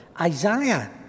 Isaiah